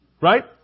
Right